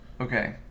Okay